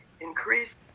increase